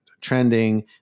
trending